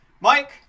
Mike